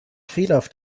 fehlerhaft